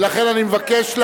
ולכן אני מבקש,